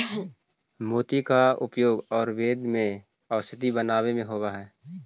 मोती का उपयोग आयुर्वेद में औषधि बनावे में होवअ हई